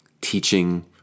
teaching